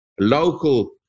local